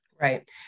Right